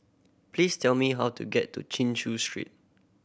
please tell me how to get to Chin Chew Street